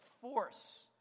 force